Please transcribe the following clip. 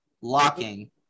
locking